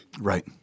Right